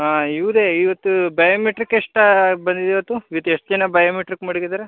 ಹಾಂ ಇವರೇ ಇವತ್ತು ಬಯೋಮೆಟ್ರಿಕ್ ಎಷ್ಟು ಬಂದಿದೆ ಇವತ್ತು ಇವತ್ತು ಎಷ್ಟು ಜನ ಬಯೋಮೆಟ್ರಿಕ್ ಮಡಗಿದ್ದಾರೆ